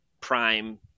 prime